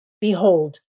Behold